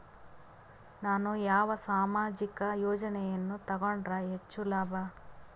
ನಾನು ಯಾವ ಸಾಮಾಜಿಕ ಯೋಜನೆಯನ್ನು ತಗೊಂಡರ ಹೆಚ್ಚು ಲಾಭ?